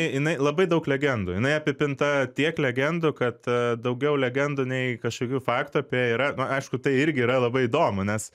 jinai labai daug legendų jinai apipinta tiek legendų kad daugiau legendų nei kažkokių faktų apie ją yra na aišku tai irgi yra labai įdomu nes